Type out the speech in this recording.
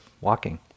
walking